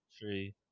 three